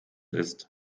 ist